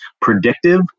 predictive